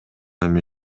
эми